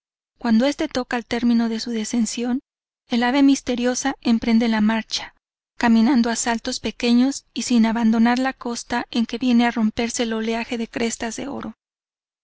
cuando este toca al término de su descensión el ave misteriosa emprende la marcha caminando a saltos pequeños y sin abandonar la costa en que viene a romperse el oleaje de crestas de oro